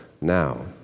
now